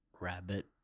rabbit